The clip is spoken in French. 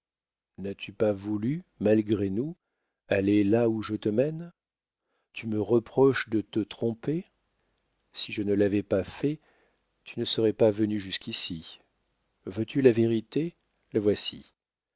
n'as-tu pas voulu malgré nous aller là où je te mène tu me reproches de te tromper si je ne l'avais pas fait tu ne serais pas venu jusqu'ici veux-tu la vérité la voici